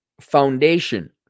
foundation